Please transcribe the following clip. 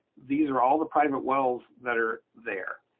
these are all the private wells that are there.